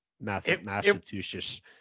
Massachusetts